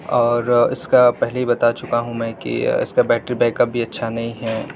اور اس کا پہلے ہی بتا چکا ہوں میں کہ اس کا بیٹری بیک اپ بھی اچھا نہیں ہے